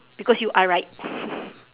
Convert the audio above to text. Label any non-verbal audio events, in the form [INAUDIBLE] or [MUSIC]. because you are right [LAUGHS]